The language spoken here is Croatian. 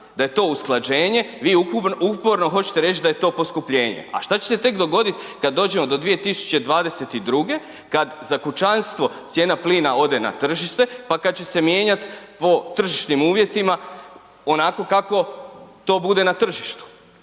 da je usklađenje, vi uporno hoćete reć da je to poskupljenje, a šta će se tek dogodit kad dođemo do 2022. kad za kućanstvo cijena plina ode na tržište, pa kad će se mijenjat po tržišnim uvjetima onako kako to bude na tržištu.